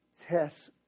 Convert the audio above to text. Tests